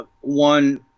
one